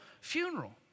funeral